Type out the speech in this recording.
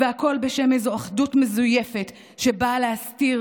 והכול בשם איזו אחדות מזויפת שבאה להסתיר